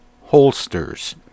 holsters